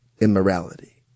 immorality